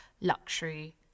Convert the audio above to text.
luxury